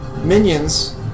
Minions